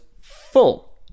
full